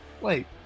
Wait